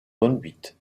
conduite